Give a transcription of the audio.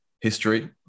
history